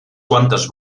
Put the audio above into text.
quantes